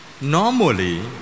normally